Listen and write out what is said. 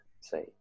say